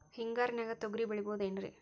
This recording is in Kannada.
ಹಿಂಗಾರಿನ್ಯಾಗ ತೊಗ್ರಿ ಬೆಳಿಬೊದೇನ್ರೇ?